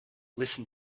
listen